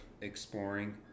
exploring